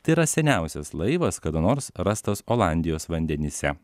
tai yra seniausias laivas kada nors rastas olandijos vandenyse